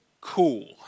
cool